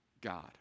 God